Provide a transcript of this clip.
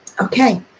Okay